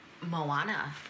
Moana